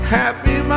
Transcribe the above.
happy